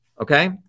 Okay